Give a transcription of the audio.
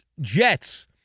Jets